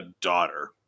daughter